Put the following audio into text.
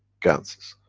ganses.